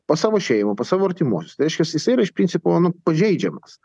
pas savo šeimą pas savo artimuosius tai reiškias jisai yra iš principo nu pažeidžiamas